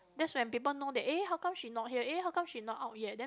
that's when people know that eh how come she not here eh how come she not out yet then